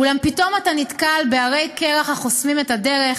אולם פתאום אתה נתקל בהרי קרח החוסמים את הדרך,